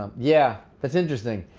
um yeah, that's interesting.